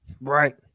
Right